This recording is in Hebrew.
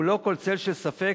וללא כל צל של ספק,